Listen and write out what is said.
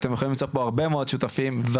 אבל באמת היה לי חשוב להגיע,